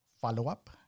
follow-up